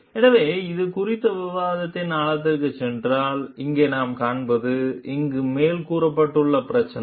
எனவே இது குறித்த விவாதத்தின் ஆழத்திற்குச் சென்றால் இங்கு நாம் காண்பது இங்கு மேல் கூறப்பட்டுள்ள பிரச்சினை